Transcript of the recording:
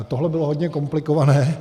Tohle bylo hodně komplikované.